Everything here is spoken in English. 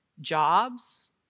jobs